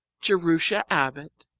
jerusha abbott,